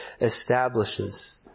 establishes